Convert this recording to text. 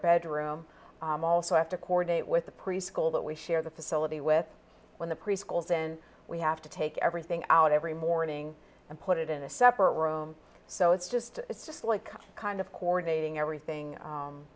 bedroom also have to coordinate with the preschool that we share the facility with when the preschools in we have to take everything out every morning and put it in a separate room so it's just it's just like kind of coordinating everything